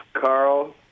Carl